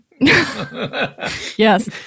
Yes